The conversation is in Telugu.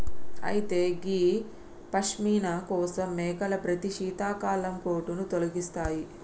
అయితే గీ పష్మిన కోసం మేకలు ప్రతి శీతాకాలం కోటును తొలగిస్తాయి